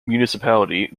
municipality